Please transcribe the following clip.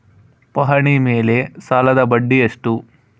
ಪಹಣಿ ಮೇಲೆ ಸಾಲದ ಬಡ್ಡಿ ಎಷ್ಟು?